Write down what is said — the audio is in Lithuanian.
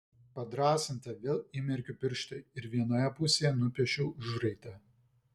padrąsinta vėl įmerkiu pirštą ir vienoje pusėje nupiešiu užraitą